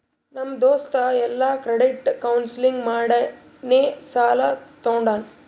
ನಮ್ ದೋಸ್ತ ಎಲ್ಲಾ ಕ್ರೆಡಿಟ್ ಕೌನ್ಸಲಿಂಗ್ ಮಾಡಿನೇ ಸಾಲಾ ತೊಂಡಾನ